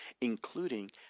including